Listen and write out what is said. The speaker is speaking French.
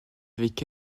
avec